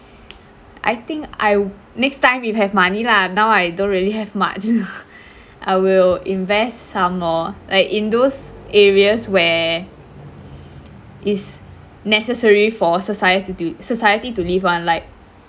I think I wil~ next time if have money lah now I don't really have much I will invest some lor like in those areas where it's necessary for a society society to live [one] like